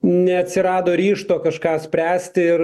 neatsirado ryžto kažką spręsti ir